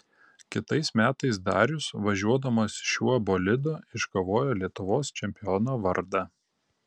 kitais metais darius važiuodamas šiuo bolidu iškovojo lietuvos čempiono vardą